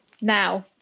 now